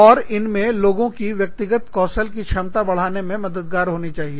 और इनमें लोगों की व्यक्तिगत कौशल की क्षमता बढ़ाने में मददगार होनी चाहिए